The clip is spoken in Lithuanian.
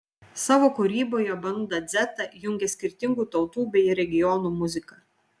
savo kūryboje banda dzeta jungia skirtingų tautų bei regionų muziką